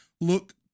look